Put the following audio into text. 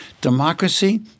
democracy—